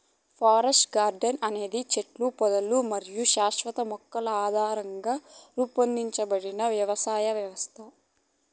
forest garden అనేది చెట్లు, పొదలు మరియు శాశ్వత మొక్కల ఆధారంగా రూపొందించబడిన వ్యవసాయ వ్యవస్థ